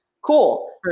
Cool